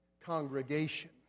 congregation